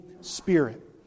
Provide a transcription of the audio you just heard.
Spirit